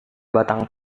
batang